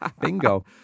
bingo